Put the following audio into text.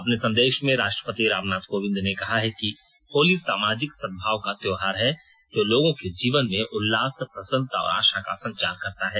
अपने संदेश में राष्ट्रपति रामनाथ कोविंद ने कहा कि होली सामाजिक सदभाव का त्योहार है जो लोगों के जीवन में उल्लास प्रसन्नता और आशा का संचार करता है